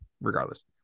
regardless